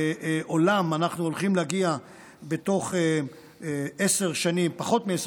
העולם אנחנו הולכים להגיע בתוך פחות מעשר